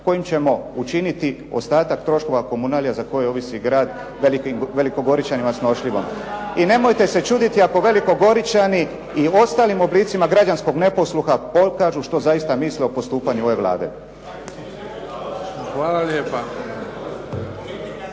kojim ćemo učiniti ostatak troškova komunalija za koju ovisi grad Veliko Goričanima snošljivo. I nemojte se čuditi ako Veliko Goričani i ostalim oblicima građanskog neposluha pokažu što zaista misle o postupanju ove Vlade. **Bebić,